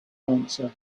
answer